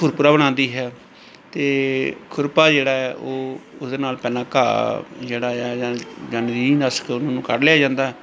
ਭੁਰਭੂਰਾ ਬਣਾਉਂਦੀ ਹੈ ਅਤੇ ਖੁਰਪਾ ਜਿਹੜਾ ਉਹ ਉਹਦੇ ਨਾਲ ਪਹਿਲਾਂ ਘਾਹ ਜਿਹੜਾ ਹੈ ਉਹਨੂੰ ਕੱਢ ਲਿਆ ਜਾਂਦਾ